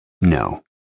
No